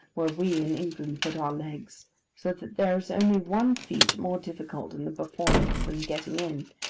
where we in england put our legs so that there is only one feat more difficult in the performance than getting in,